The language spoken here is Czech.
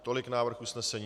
Tolik návrh usnesení.